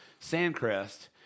Sandcrest